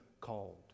called